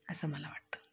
असं मला वाटतं